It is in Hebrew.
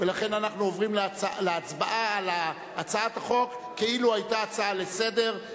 ולכן אנחנו עוברים להצבעה על הצעת החוק כאילו היתה הצעה לסדר-היום.